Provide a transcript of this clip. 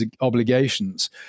obligations